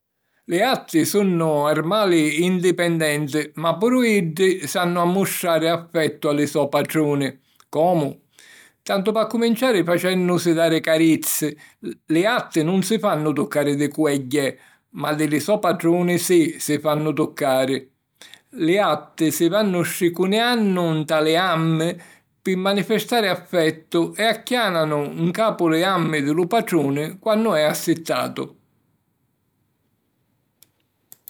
Li gatti sunnu armali indipendenti ma puru iddi sannu ammustrari affettu a li so' patruni. Comu? Tantu p'accuminciari, facènnusi dari carizzi. Li gatti nun si fannu tuccari di cuegghiè; ma di li so' patruni sì, si fannu tuccari. Li gatti si vannu stricuniannu nta li gammi pi manifestari affettu e acchiànanu ncapu li gammi di lu patruni quannu è assittatu.